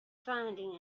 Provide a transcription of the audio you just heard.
finding